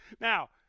Now